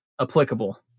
applicable